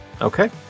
Okay